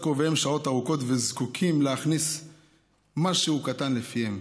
קרוביהם שעות ארוכות זקוקים להכניס משהו קטן לפיהם,